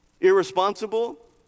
irresponsible